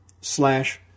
slash